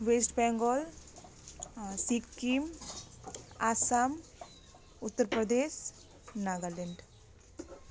West Bengal Sikkim Assam Uttar Pradesh Nagaland